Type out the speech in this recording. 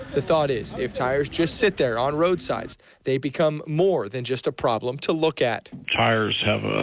the thought is if tires just sit there on roadsides they become more than just a problem to look at. tires have